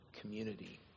community